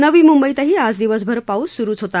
नवी मुंबईतही दिवसभर पाऊस सूरूच होता